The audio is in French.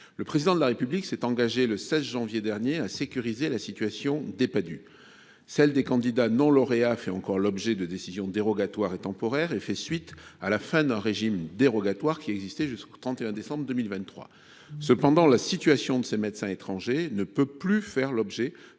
Le Président de la République s’est engagé le 16 janvier dernier à sécuriser la situation des Padhue. Celle des candidats non lauréats fait encore l’objet de décisions dérogatoires et temporaires et fait suite à la fin d’un régime dérogatoire qui existait jusqu’au 31 décembre 2023. Cependant, la situation de ces médecins étrangers ne peut plus faire l’objet